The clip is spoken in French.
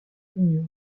junior